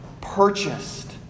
Purchased